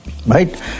Right